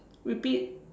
repeat